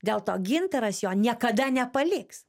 dėl to gintaras jo niekada nepaliks